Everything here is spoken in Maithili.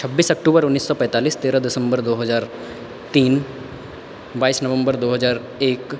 छब्बीस अक्टुबर उन्नीस सए पैतालीस तेरह दिसम्बर दू हजार तीन बाइस नवम्बर दू हजार एक